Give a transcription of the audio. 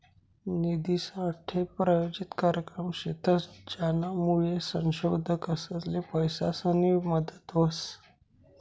निधीनासाठे प्रायोजित कार्यक्रम शेतस, ज्यानामुये संशोधकसले पैसासनी मदत व्हस